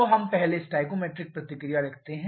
तो हम पहले स्टोइकोमेट्रिक प्रतिक्रिया लिखते हैं